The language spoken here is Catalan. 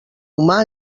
humà